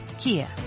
kia